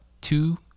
two